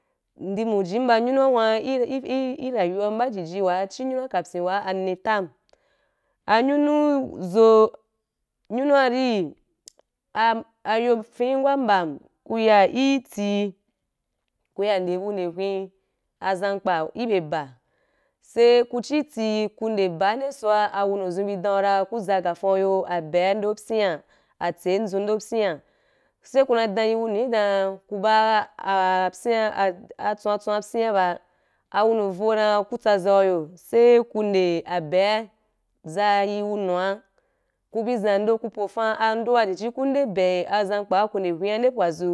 Ndi mujim ba nyunu a hua i ra rayuwam ba i jiji wa chi nyunu wa kapyin wa a ne tam anyunu zo nyunu wa rí ah ayo fyim wa mbam ku yaí tii ku ya nde bu nde hwen a zamkpa i be a baa sai ku chi tii ku nde baa nde sou’a a wunu zuu bi dam yi wu dam ra ku za ga fan’u yo abea ando a bsyian a tsai dzun ando a byian sai ku na dam yi wunui dan ku ba baa ah bsyiam, ahah tswan tswan a byúm ba a wunu vou dam ku tsaza u yo sai ndo abea za yi a wunua ku bi zan do ku po fan a ndua i ji ku nde abe a zankpa ku nde hwen nde pwadzu.